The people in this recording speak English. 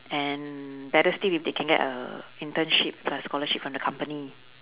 and better still if they can get a internship plus scholarship from the company